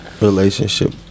relationship